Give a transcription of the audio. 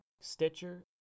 Stitcher